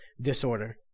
disorder